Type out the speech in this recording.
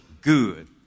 good